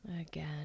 Again